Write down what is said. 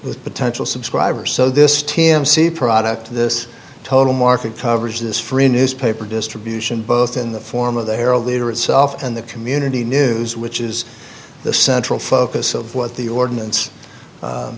with potential subscribers so this t m c product this total market coverage this free newspaper distribution both in the form of the herald leader itself and the community news which is the central focus of what the ordinance